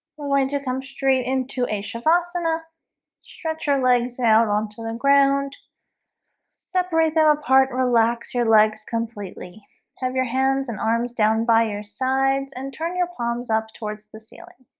we're going to come straight into a shavasana stretch your legs out onto the ground separate that apart relax your legs completely have your hands hands and arms down by your sides and turn your palms up towards the ceiling